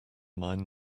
mind